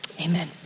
Amen